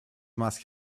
must